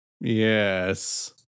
Yes